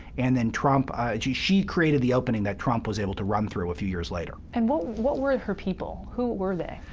and then trump she she created the opening that trump was able to run through a few years later. and what what were her people? who were they?